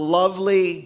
lovely